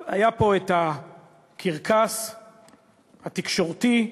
היה פה קרקס תקשורתי.